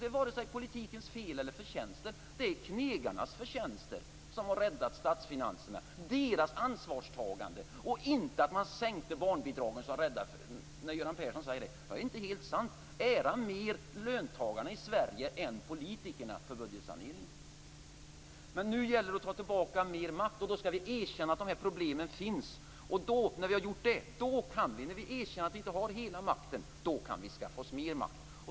Det är varken politikens fel eller förtjänst, utan det är knegarnas förtjänster och deras ansvarstagande som har räddat statsfinanserna. Så när Göran Persson säger att de sänkta barnbidragen räddade statsfinanserna så är det inte helt sant. Ära löntagarna i Sverige mer än politikerna för budgetsaneringen! Nu gäller det att ta tillbaka mera makt, och då skall vi erkänna att de här problemen finns och att vi inte har hela makten. När vi har gjort det kan vi skaffa oss mer makt.